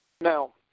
Now